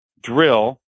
drill